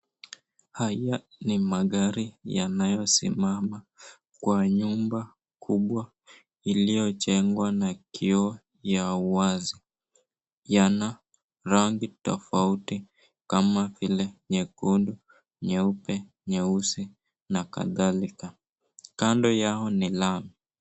Haya ni magari yanayosimama kwa nyumba kubwa iliyojengwa na kioo ya wazi. Yana rangi tofauti kama ile nyekundu, nyeupe, nyeusi na kadhalika, kando yao ni lami.